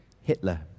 Hitler